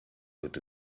wird